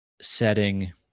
setting